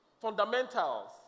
fundamentals